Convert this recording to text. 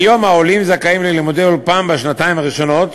היום העולים זכאים ללימודי אולפן בשנתיים הראשונות,